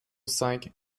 cinq